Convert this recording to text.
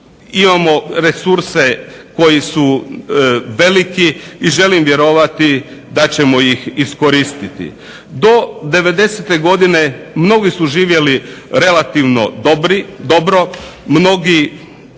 imamo resurse koji su veliki i želim vjerovati da ćemo ih iskoristiti. Do devedesete godine mnogi su živjeli relativno dobro, mnogi